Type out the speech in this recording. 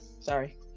Sorry